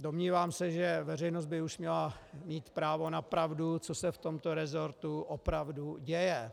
Domnívám se, že veřejnost by už měla mít právo na pravdu, co se v tomto resortu opravdu děje.